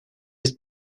his